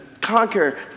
conquer